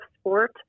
sport